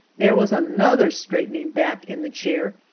there was another straightening back in the chair,